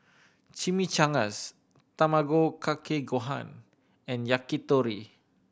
Chimichangas Tamago Kake Gohan and Yakitori